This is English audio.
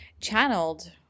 channeled